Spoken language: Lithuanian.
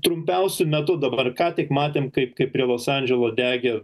trumpiausiu metu dabar ką tik matėm kai kaip prie los andželo degė